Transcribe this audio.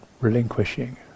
relinquishing